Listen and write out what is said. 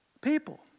People